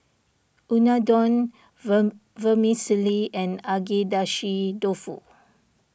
Unadon Vermicelli and Agedashi Dofu